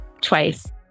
twice